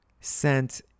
sent